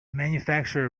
manufacturer